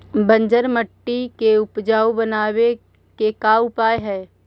बंजर मट्टी के उपजाऊ बनाबे के का उपाय है?